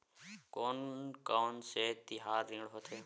कोन कौन से तिहार ऋण होथे?